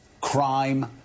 crime